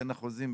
בין החוזים,